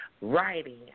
writing